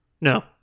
No